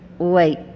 Wait